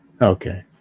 okay